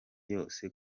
yose